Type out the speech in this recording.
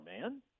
man